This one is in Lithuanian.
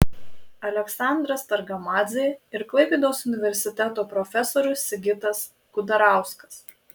aleksandras targamadzė ir klaipėdos universiteto profesorius sigitas kudarauskas